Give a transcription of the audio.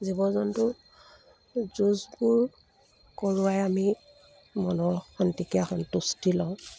জীৱ জন্তু যুঁজবোৰ কৰোৱাই আমি মনৰ খন্তেকীয়া সন্তুষ্টি লওঁ